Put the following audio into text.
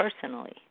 personally